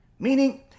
Meaning